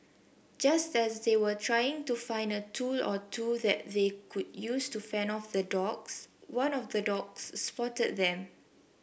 just as they were trying to find a tool or two that they could use to fend off the dogs one of the dogs spotted them